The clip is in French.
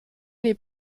les